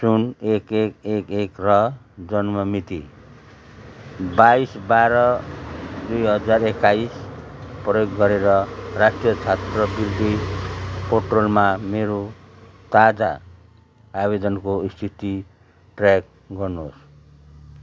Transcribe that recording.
सुन एक एक एक एक र जन्ममिति बाइस बाह्र दुई हजार एक्काइस प्रयोग गरेर राष्ट्रिय छात्रवृत्ति पोर्टलमा मेरो ताजा आवेदनको स्थिति ट्र्याक गर्नुहोस्